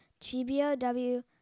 TBOW